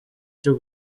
cyo